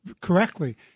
correctly